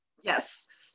Yes